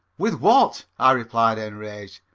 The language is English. with what? i replied, enraged,